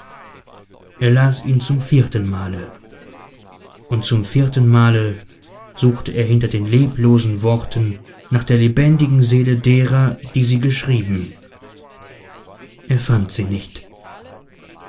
er las ihn zum vierten male und zum vierten male suchte er hinter den leblosen worten nach der lebendigen seele derer die sie geschrieben er fand sie nicht